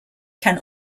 can